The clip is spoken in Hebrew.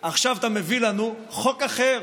עכשיו אתה מביא לנו חוק אחר?